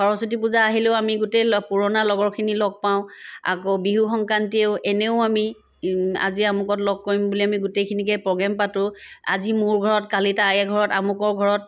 সৰস্বতী পূজা আহিলেও আমি গোটেই ল পুৰণা লগৰখিনি লগ পাওঁ আকৌ বিহু সংক্ৰান্তিয়েও এনেও আমি আজি আমুকত লগ কৰিম বুলি আমি গোটেইখিনিকে প্ৰগ্ৰেম পাতো আজি মোৰ ঘৰত কালি তাইৰ ঘৰত আমুকৰ ঘৰত